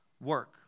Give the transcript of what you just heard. work